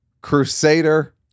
crusader